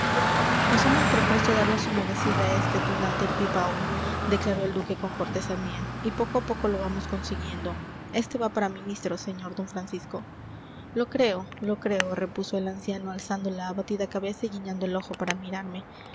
nos hemos propuesto darle su merecido a este tunante de pipaón declaró el duque con cortesanía y poco a poco lo vamos consiguiendo este va para ministro sr d francisco lo creo lo creo repuso el anciano alzando la abatida cabeza y guiñando el ojo para mirarme